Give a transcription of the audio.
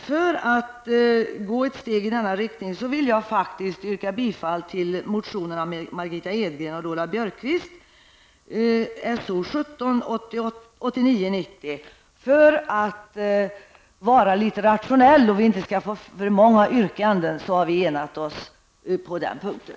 För att gå ett steg i rätt riktning vill jag yrka bifall till motionen av Margitta Edgren. För att vara litet rationella och för att vi inte skall få för många yrkanden har vi enat oss på den punkten.